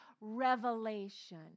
revelation